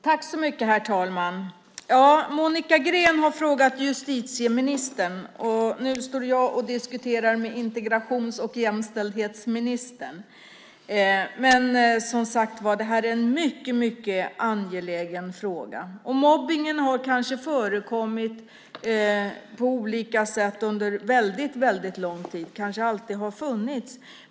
Herr talman! Monica Green har ställt en fråga till justitieministern, och nu står jag och diskuterar med integrations och jämställdhetsministern. Detta är som sagt en mycket, mycket angelägen fråga. Mobbning har kanske förekommit på olika sätt under en väldigt lång tid; den kanske alltid har funnits.